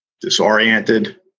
disoriented